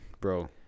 Bro